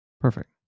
Perfect